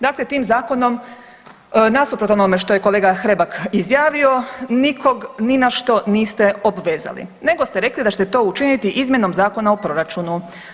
Dakle, tim zakonom nasuprot onome što je kolega Hrebak izjavio nikog ni na što niste obvezali nego ste rekli da ćete to učiniti izmjenom Zakona o proračunu.